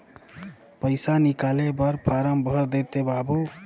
पइसा निकाले बर फारम भर देते बाबु?